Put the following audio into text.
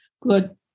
good